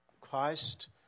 Christ